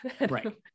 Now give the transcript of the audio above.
Right